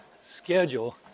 schedule